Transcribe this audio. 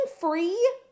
free